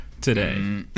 Today